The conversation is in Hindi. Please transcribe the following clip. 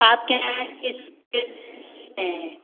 आपके यहाँ किस किस हैं